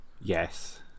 Yes